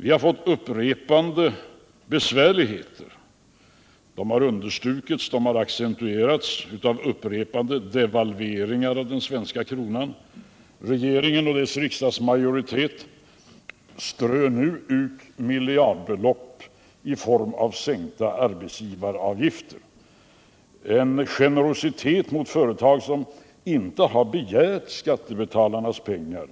Vi har fått upprepade besvärligheter. De har understrukits och accentuerats av upprepade devalveringar av den svenska kronan. Regeringen och dess riksdagsmajoritet strör nu ut miljardbelopp i form av sänkta arbetsgivaravgifter — en generositet mot företag som inte har begärt skattebetalarnas pengar